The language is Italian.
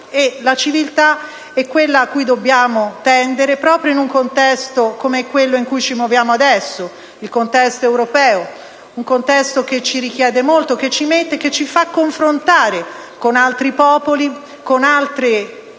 la civiltà ciò a cui dobbiamo tendere, proprio in un contesto come quello in cui ci muoviamo adesso, il contesto europeo, che ci richiede molto, che ci fa confrontare con altri popoli, con altre